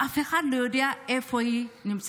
ואף אחד לא יודע איפה היא נמצאת.